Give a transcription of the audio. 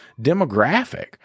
demographic